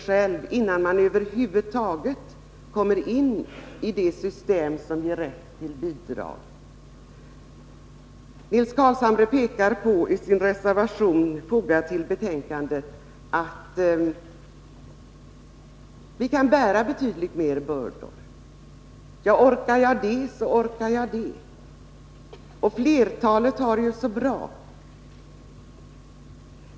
själv innan man över huvud taget kommer in i det system som ger rätt till bidrag. Nils Carlshamre pekar i reservation 1 till betänkandet på att vi kan bära betydligt större bördor. Orkar jag det, så orkar jag det — och flertalet har det juså bra!